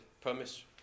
promise